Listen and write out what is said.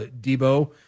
Debo